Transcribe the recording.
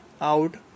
out